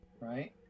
Right